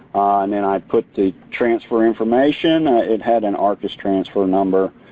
and then i put the transfer information. it had an arcis transfer number.